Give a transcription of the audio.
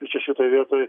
ir čia šitoj vietoj